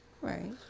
Right